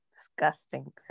Disgusting